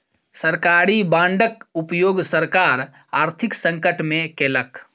सरकारी बांडक उपयोग सरकार आर्थिक संकट में केलक